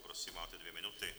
Prosím, máte dvě minuty.